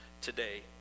today